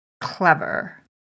clever